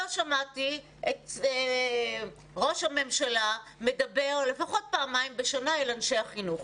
לא שמעתי את ראש הממשלה מדבר לפחות פעמיים בשנה אל אנשי החינוך,